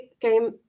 came